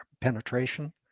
penetration